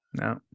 No